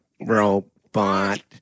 robot